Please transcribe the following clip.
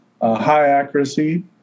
high-accuracy